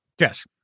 Yes